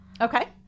Okay